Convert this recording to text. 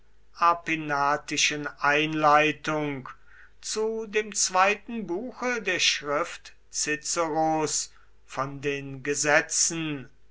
arpinatischen einleitung zu dem zweiten buche der schrift ciceros von den gesetzen